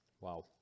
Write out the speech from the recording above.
Wow